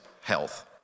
health